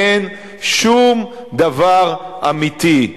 אין שום דבר אמיתי.